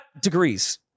degrees